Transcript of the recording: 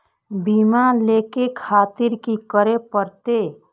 बीमा लेके खातिर की करें परतें?